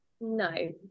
no